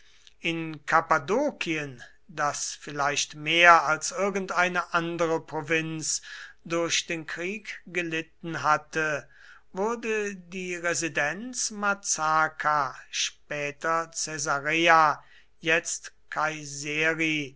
in kappadokien das vielleicht mehr als irgendeine andere provinz durch den krieg gelitten hatte wurden die residenz